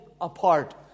apart